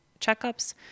checkups